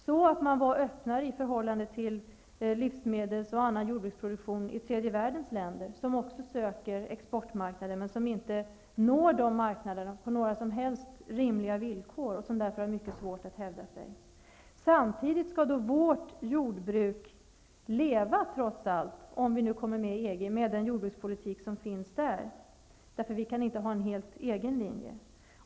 Man skulle också behöva bli öppnare i förhållande till livsmedels och annan jordbruksproduktion i tredje världens länder som också söker exportmarknader, men som inte når dem på några som helst rimliga villkor och som därför har mycket svårt att hävda sig. Samtidigt skall vårt jordbruk trots allt -- om vi nu kommer med i EG -- leva med den jordbrukspolitik EG har. Vi kan inte ha en helt egen linje.